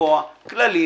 לקבוע כללים,